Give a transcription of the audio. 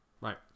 Right